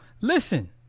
listen